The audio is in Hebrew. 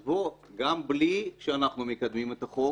גם בלי שאנחנו מקדמים את החוק